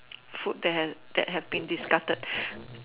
food that that have that have been discarded